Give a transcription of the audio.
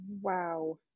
Wow